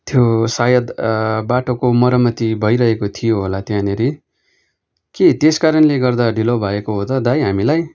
थियो सायद त्यो बाटोको मरम्मती भइरहेको थियो होला त्यहाँनिर के त्यस कारणले गर्दा ढिलो भएको हो त दाइ हामीलाई